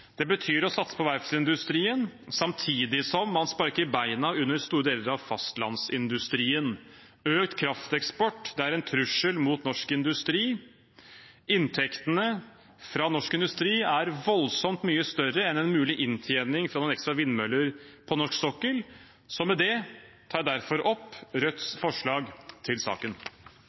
Det betyr å satse på verftsindustrien samtidig som man sparker beina under store deler av fastlandsindustrien. Økt krafteksport er en trussel mot norsk industri. Inntektene fra norsk industri er voldsomt mye større enn en mulig inntjening fra noen ekstra vindmøller på norsk sokkel. Med det tar jeg opp Rødts forslag til saken.